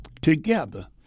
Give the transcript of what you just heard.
together